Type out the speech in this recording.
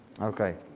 Okay